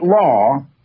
law